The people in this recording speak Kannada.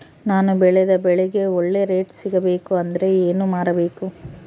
ನಾನು ಬೆಳೆದ ಬೆಳೆಗೆ ಒಳ್ಳೆ ರೇಟ್ ಸಿಗಬೇಕು ಅಂದ್ರೆ ಎಲ್ಲಿ ಮಾರಬೇಕು?